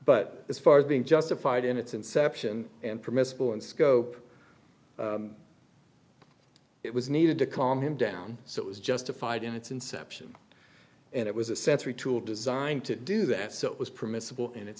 but as far as being justified in its inception and permissible in scope it was needed to calm him down so it was justified in its inception and it was a sensory tool designed to do that so it was permissible in it